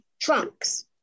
trunks